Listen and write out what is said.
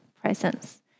presence